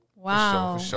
Wow